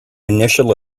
initial